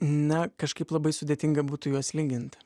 na kažkaip labai sudėtinga būtų juos lygint